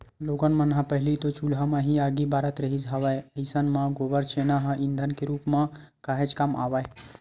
लोगन मन ह पहिली तो चूल्हा म ही आगी बारत रिहिस हवय अइसन म गोबर छेना ह ईधन के रुप म काहेच काम आवय